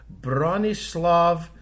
Bronislav